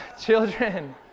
Children